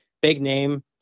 big-name